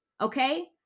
Okay